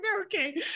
okay